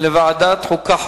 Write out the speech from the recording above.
לדיון מוקדם בוועדת החוקה,